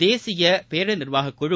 தேசிய பேரிடர் நிர்வாகக் குழு